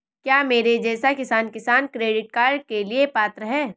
क्या मेरे जैसा किसान किसान क्रेडिट कार्ड के लिए पात्र है?